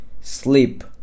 sleep